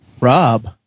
Rob